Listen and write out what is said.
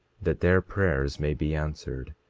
that their prayers may be answered,